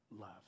love